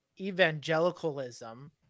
evangelicalism